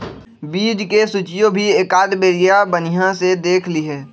बीज के सूचियो भी एकाद बेरिया बनिहा से देख लीहे